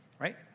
right